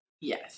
Yes